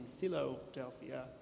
Philadelphia